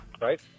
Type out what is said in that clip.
right